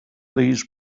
these